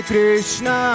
Krishna